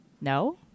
No